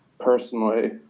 personally